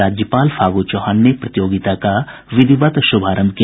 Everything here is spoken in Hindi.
राज्यपाल फागू चौहान ने प्रतियोगिता का विधिवत शुभारंभ किया